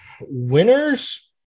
Winners